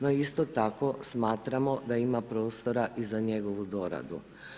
No, isto tako smatramo da ima prostora i za njegovu doradu.